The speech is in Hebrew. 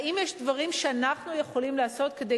האם יש דברים שאנחנו יכולים לעשות כדי